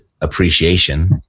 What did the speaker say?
appreciation